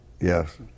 Yes